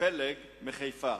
פלג מחיפה.